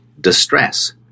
distress